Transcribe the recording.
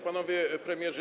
Panowie Premierzy!